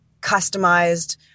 customized